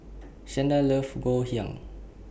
Shanda loves Ngoh Hiang